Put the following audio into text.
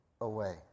away